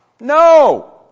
No